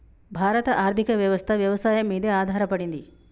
భారత ఆర్థికవ్యవస్ఠ వ్యవసాయం మీదే ఆధారపడింది